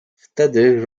wtedy